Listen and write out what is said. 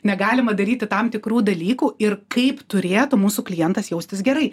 negalima daryti tam tikrų dalykų ir kaip turėtų mūsų klientas jaustis gerai